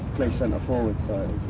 play center forward side,